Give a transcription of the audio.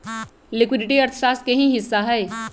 liquidity अर्थशास्त्र के ही हिस्सा हई